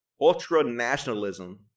ultra-nationalism